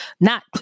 not-